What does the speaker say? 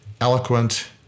eloquent